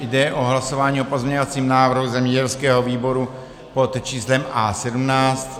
Jde o hlasování o pozměňovacím návrhu zemědělského výboru pod číslem A17.